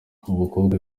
abakobwa